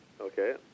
okay